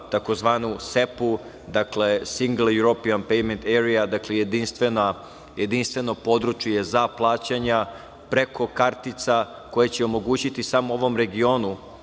tzv. SEPA, dakle, Single European Payment Area, dakle, jedinstveno područje za plaćanja preko kartica koje će omogućiti samo ovom regionu